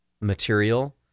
material